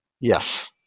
Yes